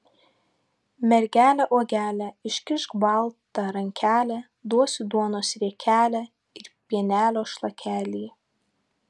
mergele uogele iškišk baltą rankelę duosiu duonos riekelę ir pienelio šlakelį